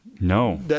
No